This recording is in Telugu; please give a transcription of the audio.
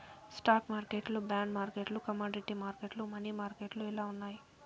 స్టాక్ మార్కెట్లు బాండ్ మార్కెట్లు కమోడీటీ మార్కెట్లు, మనీ మార్కెట్లు ఇలా ఉన్నాయి